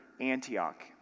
Antioch